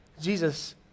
Jesus